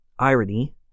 irony